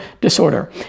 disorder